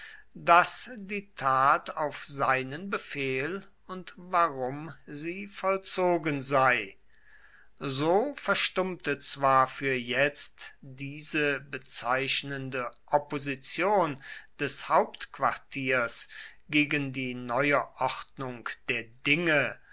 daß die tat auf seinen befehl und warum sie vollzogen sei so verstummte zwar für jetzt diese bezeichnende opposition des hauptquartiers gegen die neue ordnung der dinge